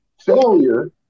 failure